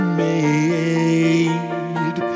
made